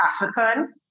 African